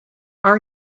our